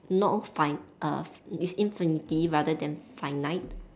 no fin~ err it's infinity rather than finite